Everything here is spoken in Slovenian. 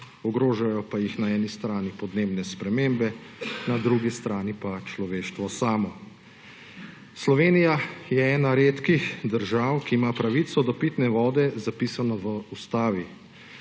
ogrožajo pa jih na eni strani podnebne spremembe na drugi strani pa človeštvo samo. Slovenija je ena redkih držav, ki ima pravico do pitne vode zapisano v ustavi.